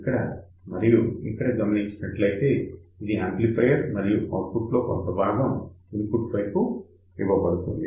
ఇక్కడ మరియు ఇక్కడ గమనించినట్లయితే ఇది యాంప్లిఫయర్ మరియు ఔట్పుట్ లో కొంత భాగం ఇన్పుట్ వైపు ఇవ్వబడింది